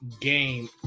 game